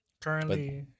Currently